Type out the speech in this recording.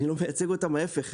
אני לא מייצג אותם ההפך,